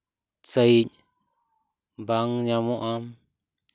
ᱥᱟᱺᱦᱤᱡ ᱵᱟᱝ ᱧᱟᱢᱚᱜᱼᱟ